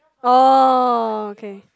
oh okay